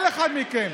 כל אחד מכם.